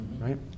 right